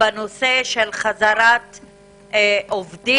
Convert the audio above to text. בנושא של חזרת עובדים